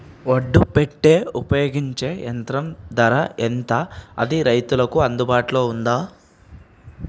ఒడ్లు పెట్టే ఉపయోగించే యంత్రం ధర ఎంత అది రైతులకు అందుబాటులో ఉందా?